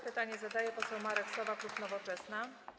Pytanie zadaje poseł Marek Sowa, klub Nowoczesna.